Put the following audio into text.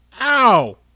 Ow